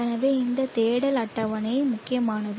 எனவே இந்த தேடல் அட்டவணை முக்கியமானது